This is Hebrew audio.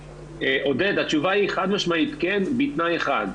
עודד, התשובה היא חד משמעית כן, בתנאי חד.